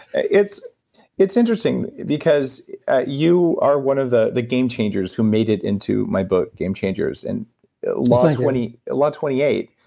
and it's it's interesting because you are one of the the game changers who made it into my book, game changers, and law twenty law twenty eight.